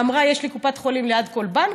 היא אמרה: יש לי קופת חולים ליד כל בנק,